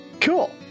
Cool